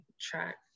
track